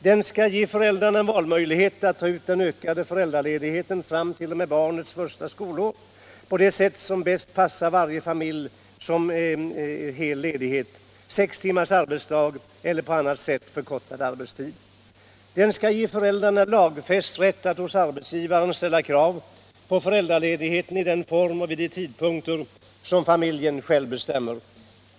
Den skall ge föräldrarna valmöjligheter att ta ut den ökade föräldraledigheten fram t.o.m. barnets första skolår på det sätt som bäst passar varje familj: som hel ledighet, sex timmars arbetsdag eller en på annat sätt förkortad arbetstid. Den skall ge föräldrarna lagfäst rätt att hos arbetsgivaren ställa krav på föräldraledigheten i den form och vid de tidpunkter som familjen själv bestämmer.